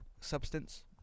substance